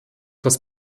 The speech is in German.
das